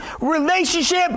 relationship